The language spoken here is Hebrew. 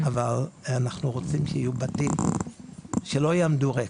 אנחנו רוצים שיהיו בתים שלא יעמדו ריק,